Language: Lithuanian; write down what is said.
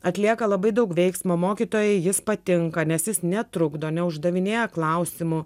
atlieka labai daug veiksmo mokytojai jis patinka nes jis netrukdo neuždavinėja klausimų